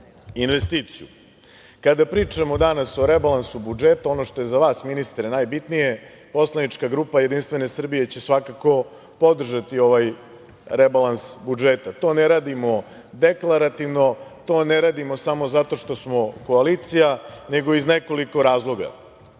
pričamo danas o rebalansu budžeta, ono što je za vas, ministre, za vas najbitnije, poslanička grupa JS će svakako podržati ovaj rebalans budžeta. To ne radimo deklarativno, to ne radimo samo zato što smo koalicija, nego iz nekoliko razloga. Prvi